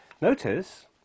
Notice